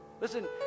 Listen